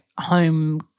home